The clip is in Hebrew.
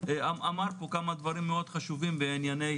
אמר פה כמה דברים מאוד חשובים בענייני